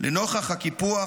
לנוכח הקיפוח,